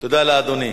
תודה לאדוני.